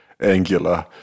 Angular